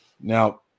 Now